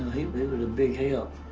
a big help.